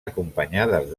acompanyades